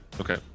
okay